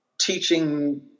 teaching